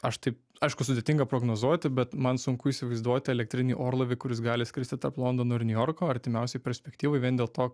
aš taip aišku sudėtinga prognozuoti bet man sunku įsivaizduoti elektrinį orlaivį kuris gali skristi tarp londono ir niujorko artimiausioj perspektyvoj vien dėl to